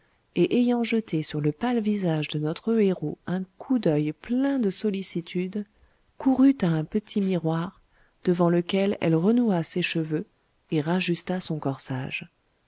et ayant jeté sur le pâle visage de notre héros un coup d'oeil plein de sollicitude courut à un petit miroir devant lequel elle renoua ses cheveux et rajusta son corsage